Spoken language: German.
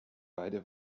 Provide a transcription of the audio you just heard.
beide